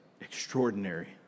extraordinary